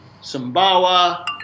Sumbawa